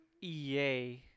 EA